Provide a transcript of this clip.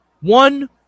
One